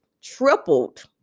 tripled